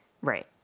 Right